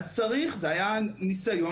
זה היה ניסיון,